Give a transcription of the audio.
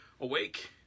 awake